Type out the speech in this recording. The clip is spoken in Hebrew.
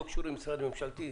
אנחנו לא קשורים למשרד ממשלתי.